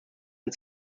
ein